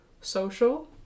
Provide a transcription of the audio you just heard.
social